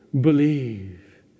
believe